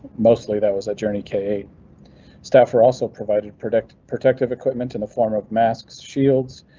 mostly that was a journey k staff are also provided. predict protective equipment in the form of masks, shields,